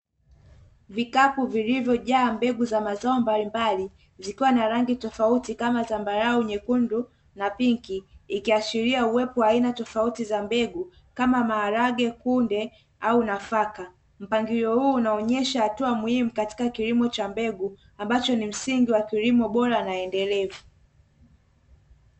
Vikapu vilivyojaa mbegu za mazao mbalimbali, zikiwa na rangi tofauti kama zambarau, nyekundu na pinki ikihashiria uwepo wa aina tofauti za mbegu kama maharage, kunde au nafaka, mpangilio huu unaonesha hatua muhimu katika kilimo cha mbegu ambacho ni msingi wa kilimo bora na endelevu.